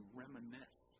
reminisce